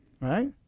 right